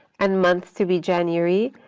and month to be january.